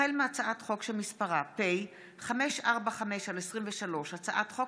החל בהצעת חוק שמספרה פ/545/23 וכלה בהצעת חוק